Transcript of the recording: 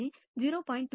25 ஆகும் இது 0